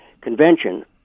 convention